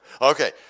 Okay